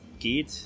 geht